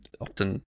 often